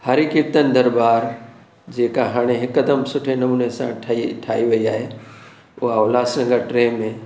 हरी कीरतन दरबारु जेका हाणे हिकदमि सुठे नमूने सां ठही ठाही वही आहे उहा उल्हास नगर टे में